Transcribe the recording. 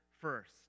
first